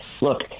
Look